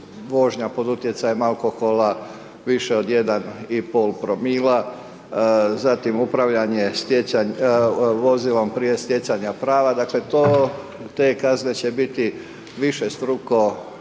vožnja pod utjecajem alkohola više od 1,5 promila, zatim upravljanje vozilom prije stjecanja prava. Dakle, to, te kazne će biti višestruko